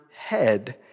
head